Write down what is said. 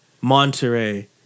Monterey